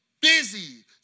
busy